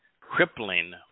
crippling